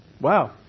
Wow